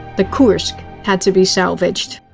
the kursk had to be salvaged.